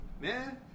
man